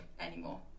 anymore